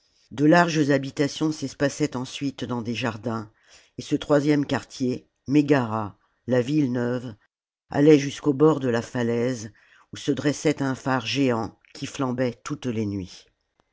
de larges habitations s'espaçaient ensuite dans des jardins et ce troisième quartier mégara la ville neuve allait jusqu'au bord de la falaise où se dressait un phare géant qui flambait toutes les nuits